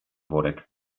worek